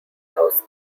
house